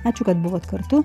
ačiū kad buvot kartu